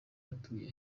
atuye